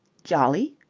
jolly?